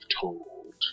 told